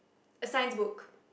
a science book